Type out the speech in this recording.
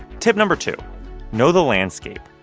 tip no. two know the landscape.